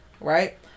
right